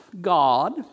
God